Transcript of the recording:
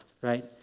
right